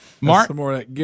Mark